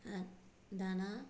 दाना